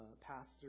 pastor